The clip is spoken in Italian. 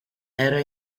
era